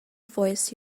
voice